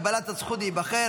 הגבלת הזכות להיבחר),